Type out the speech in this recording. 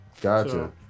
Gotcha